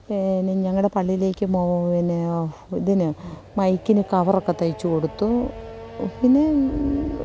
ഏ നീ ഞങ്ങളുടെ പള്ളിയിലേക്കും ഓ പിന്നെ ഇതിനു മൈക്കിന് കവറൊക്കെ തയ്ച്ചു കൊടുത്തു പിന്നെ